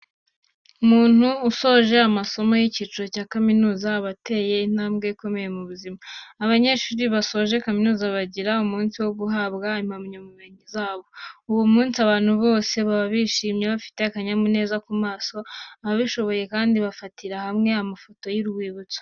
Umuntu usoje amasomo y'icyiciro cya kaminuza aba ateye intambwe ikomeye mu buzima. Abanyeshuri basoje kaminuza bagira umunsi wo guhabwa impamyabumenyi zabo. Uwo munsi abantu bose baba bishimye bafite akanyamuneza ku maso, ababishoboye kandi bafatira hamwe amafoto y'urwibutso.